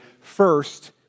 first